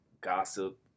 gossip